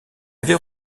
avait